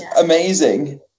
amazing